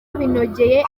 binogeye